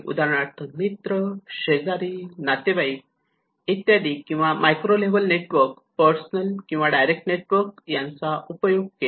उदाहरणार्थ मित्र शेजारी नातेवाईक इत्यादी किंवा मायक्रो लेव्हल नेटवर्क पर्सनल किंवा डायरेक्ट नेटवर्क यांचा उपयोग केला